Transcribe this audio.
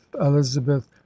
elizabeth